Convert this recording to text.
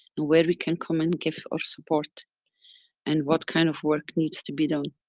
where we can come and give our support and what kind of work needs to be done.